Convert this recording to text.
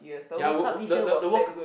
ya work work the the the work